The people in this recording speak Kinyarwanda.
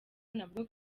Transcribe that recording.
nabwo